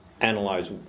analyze